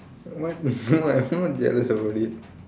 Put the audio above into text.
what I am not jealous about it